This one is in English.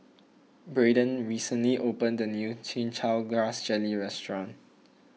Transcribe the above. Braden recently opened a new Chin Chow Grass Jelly restaurant